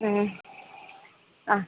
ಹ್ಞೂ ಹಾಂ